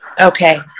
Okay